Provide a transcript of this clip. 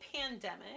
pandemic